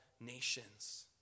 nations